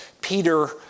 Peter